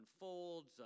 unfolds